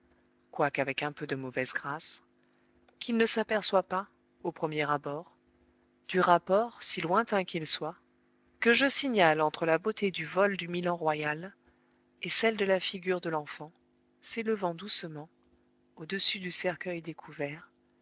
qu'il ne s'aperçoit pas au premier abord du rapport si lointain qu'il soit que je signale entre la beauté du vol du milan royal et celle de la figure de l'enfant s'élevant doucement au-dessus du cercueil découvert